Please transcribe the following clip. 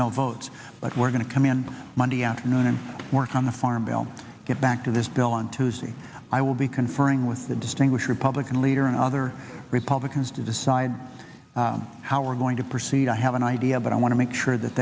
no vote but we're going to come in monday afternoon and work on a farm bill get back to this bill on tuesday i will be conferring with the distinguished republican leader and other republicans to decide how we're going to proceed i have an idea but i want to make sure that